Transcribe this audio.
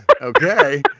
Okay